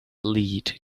lead